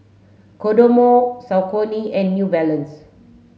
Kodomo Saucony and New Balance